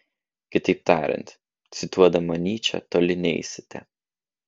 kitaip tariant cituodama nyčę toli neisite